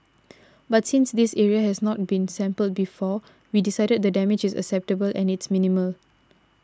but since this area has not been sampled before we decided the damage is acceptable and it's minimal